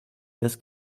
des